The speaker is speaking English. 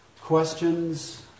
Questions